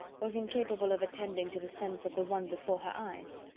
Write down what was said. was incapable of attending to the sense of the one before her eyes.